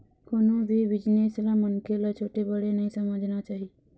कोनो भी बिजनेस ल मनखे ल छोटे बड़े नइ समझना चाही